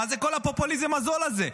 מה זה כל הפופוליזם הזול הזה?